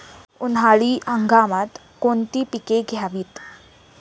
उन्हाळी हंगामात कोणती पिके घ्यावीत?